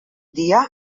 dia